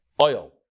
oil